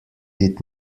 did